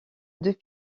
deux